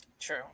True